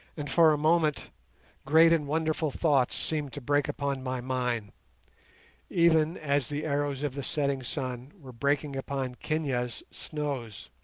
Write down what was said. and for a moment great and wonderful thoughts seemed to break upon my mind even as the arrows of the setting sun were breaking upon kenia's snows.